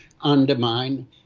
undermine